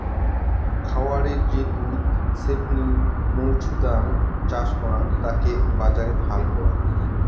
খায়ারে যে দুধ ছেপনি মৌছুদাম চাষ করাং তাকে বাজারে ফাল করাং